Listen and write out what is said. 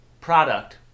product